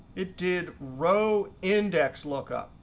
it did row index lookup.